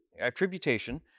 attribution